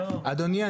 אדוני,